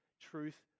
truth